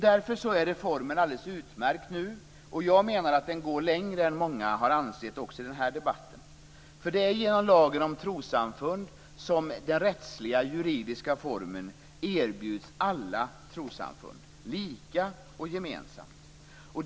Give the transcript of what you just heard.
Därför är reformen alldeles utmärkt, och jag menar att den går längre än många har ansett i debatten. Det är genom lagen om trossamfund som den rättsliga och juridiska formen erbjuds alla trossamfund, lika och gemensamt.